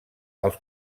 els